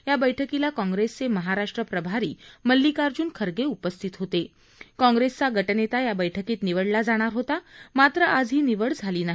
या बैठकीला काँप्रेसचे महाराष्ट्र प्रभारी मल्लिकार्जुन खगे उपस्थित होते काँप्रेसचा गटनेता या बैठकीत निवडला जाणार होता मात्र आज ही निवड झाली नाही